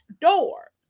door